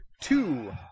two